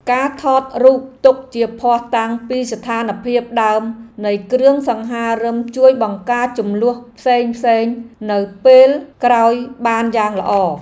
ការថតរូបទុកជាភស្តុតាងពីស្ថានភាពដើមនៃគ្រឿងសង្ហារិមជួយបង្ការជម្លោះផ្សេងៗនៅពេលក្រោយបានយ៉ាងល្អ។